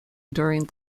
during